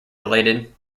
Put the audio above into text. related